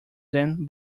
zen